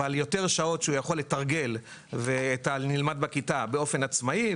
אבל יותר שעות שהוא יכול לתרגל את הנלמד בכיתה באופן עצמאי,